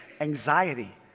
anxiety